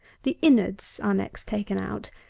the inwards are next taken out,